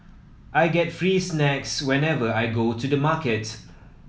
I get free snacks whenever I go to the market